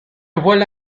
vuela